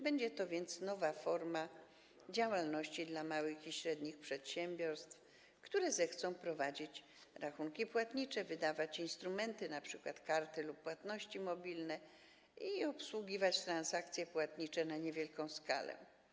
Będzie to więc nowa forma działalności dla małych i średnich przedsiębiorstw, które zechcą prowadzić rachunki płatnicze, wydawać instrumenty, np. karty lub płatności mobilne, i obsługiwać transakcje płatnicze na niewielką skalę.